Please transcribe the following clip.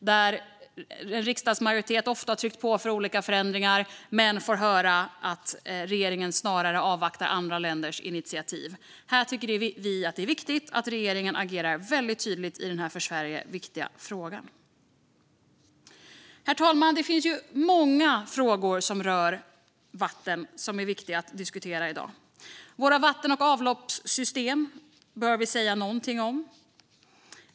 En riksdagsmajoritet har ofta tryckt på för olika förändringar men fått höra att regeringen snarare avvaktar andra länders initiativ. Vi tycker att det är viktigt att regeringen agerar väldigt tydligt i den här för Sverige viktiga frågan. Herr talman! Det finns många frågor som rör vatten som är viktiga att diskutera i dag. Våra vatten och avloppssystem bör vi säga någonting om.